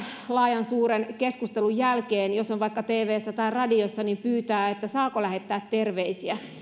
laajan suuren keskustelun jälkeen vaikka tvssä tai radiossa niin pyytää saako lähettää terveisiä